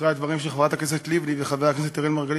אחרי הדברים של חברת הכנסת לבני וחבר הכנסת אראל מרגלית,